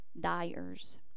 dyers